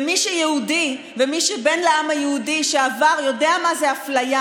ומי שיהודי ומי שבן לעם היהודי יודע מה זה אפליה